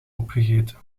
opgegeten